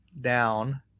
down